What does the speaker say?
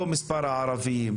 לא מספר הערבים,